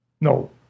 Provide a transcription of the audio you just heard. No